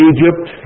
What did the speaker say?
Egypt